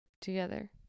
together